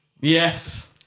Yes